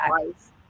twice